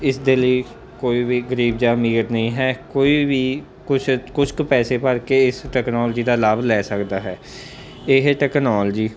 ਇਸ ਦੇ ਲਈ ਕੋਈ ਵੀ ਗਰੀਬ ਜਾ ਅਮੀਰ ਨਹੀਂ ਹੈ ਕੋਈ ਵੀ ਕੁਛ ਕੁਛ ਕੁ ਪੈਸੇ ਭਰ ਕੇ ਇਸ ਟੈਕਨੋਲਜੀ ਦਾ ਲਾਭ ਲੈ ਸਕਦਾ ਹੈ ਇਹ ਟੈਕਨੋਲਜੀ